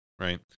right